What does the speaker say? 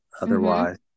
otherwise